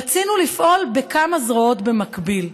רצינו לפעול בכמה זרועות במקביל: